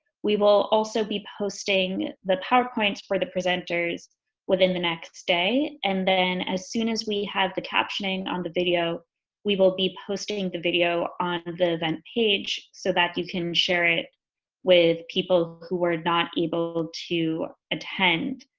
we will also be posting the powerpoints for the presenters within the next day and then as soon as we have the captioning on the video we will be posting the video on the event page so that you can share it with people who are not able to attend.